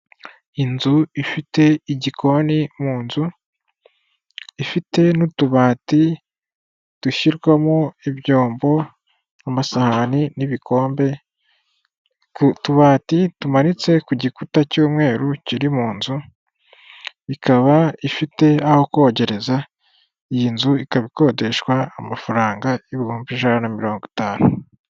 Inzu ifite igikoni mu nzu, ifite n'utubati dushyirwamo ibyombo, amasahani n'ibikombe, ku tubati tumanitse ku gikuta cy'umweru kiri mu nzu, ikaba ifite aho kogereza, iyi nzu ikaba ikodeshwa amafaranga ibihumbi ijana na mirongo itanu.